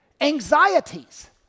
anxieties